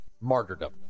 martyrdom